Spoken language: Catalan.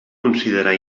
considerar